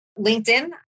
LinkedIn